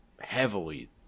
heavily